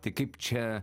tai kaip čia